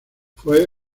fue